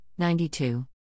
92